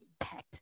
impact